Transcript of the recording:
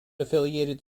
affiliated